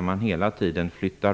Man flyttar hela tiden